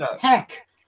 heck